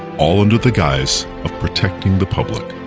all under the guise of protecting the public.